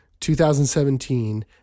2017